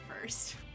first